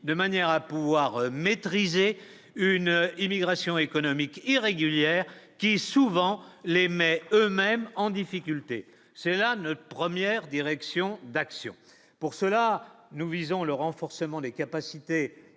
de manière à pouvoir maîtriser une immigration économique irrégulière qui souvent les mais eux-mêmes en difficulté, cela ne premières direction d'actions pour cela, nous visons le renfort. Seulement les capacités